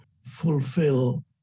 fulfill